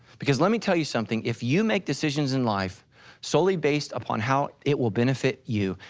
because let me tell you something if you make decisions in life solely based upon how it will benefit you,